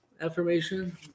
affirmation